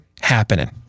happening